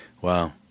wow